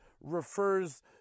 refers